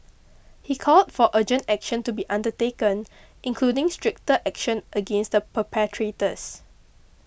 he called for urgent action to be undertaken including stricter action against the perpetrators